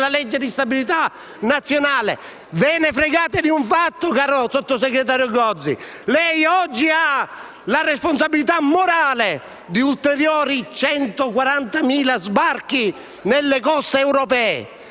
legge di stabilità nazionale e soprattutto ve ne fregate di un fatto, caro sottosegretario Gozi: lei oggi ha la responsabilità morale di ulteriori 140.000 sbarchi sulle coste europee.